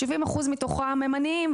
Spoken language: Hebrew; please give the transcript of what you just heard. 70 אחוז מתוכם הם עניים,